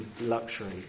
luxury